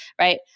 right